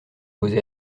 poser